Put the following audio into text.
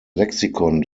lexikon